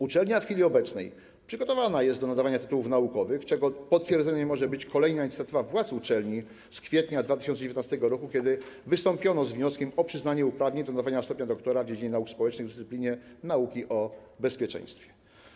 Uczelnia w chwili obecnej przygotowana jest do nadawania tytułów naukowych, czego potwierdzeniem może być kolejna inicjatywa władz uczelni z kwietnia 2019 r., kiedy wystąpiono z wnioskiem o przyznanie uprawnień do nadawania stopnia doktora w dziedzinie nauk społecznych w dyscyplinie nauki o bezpieczeństwie.